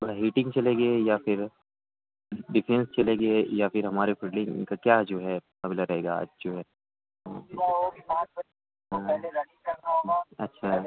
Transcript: تھوڑا ہیٹنگ چلے گی یا پھر ڈیفینس چلے گی یا پھر ہمارے فلڈنگ کا کیا جو ہے اگلا رہے گا آج جو ہے اچھا